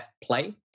play